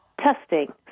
testing